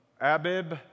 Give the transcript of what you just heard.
Abib